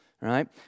right